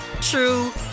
true